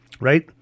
Right